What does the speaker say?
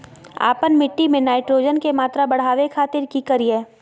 आपन मिट्टी में नाइट्रोजन के मात्रा बढ़ावे खातिर की करिय?